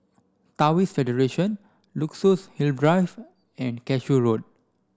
Taoist Federation Luxus Hill Drive and Cashew Road